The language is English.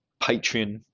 patreon